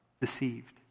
deceived